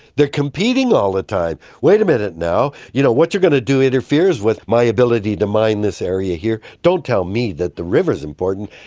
they are competing all the time! wait a minute now, you know what you are going to do interferes with my ability to mine this area here, don't tell me that the river is important,